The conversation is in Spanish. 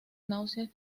náuseas